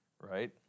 right